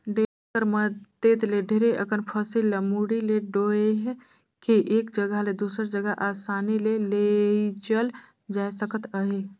डोरा कर मदेत ले ढेरे अकन फसिल ल मुड़ी मे डोएह के एक जगहा ले दूसर जगहा असानी ले लेइजल जाए सकत अहे